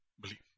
Believe